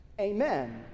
amen